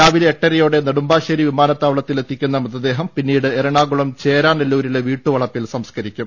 രാവിലെ എട്ടരയോടെ നെടുമ്പാശ്ശേരി വിമാനത്താവളത്തിൽ എത്തിക്കുന്ന മൃതദേഹം പിന്നീട് എറണാകുളം ചേരാനല്ലൂരിലെ വീട്ടുവളപ്പിൽ സംസ്കരിക്കും